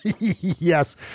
Yes